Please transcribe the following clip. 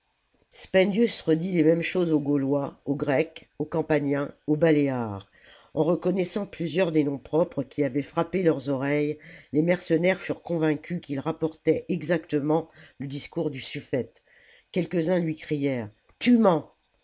spendius redit les mêmes choses aux gaulois aux grecs aux campaniens aux baléares en reconnaissant plusieurs des noms propres qui avaient frappé leurs oreilles les mercenaires furent convaincus qu'il rapportait exactement le discours du suffète quelques-uns lui crièrent